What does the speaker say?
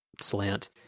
slant